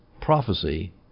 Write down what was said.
prophecy